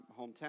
hometown